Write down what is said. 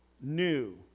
new